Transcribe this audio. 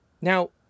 Now